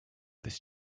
this